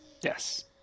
Yes